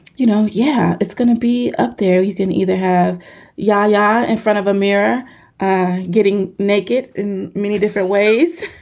you know, yeah, it's gonna be up there. you can either have ya-ya in front of a mirror getting naked in many different ways.